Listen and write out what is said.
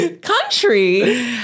Country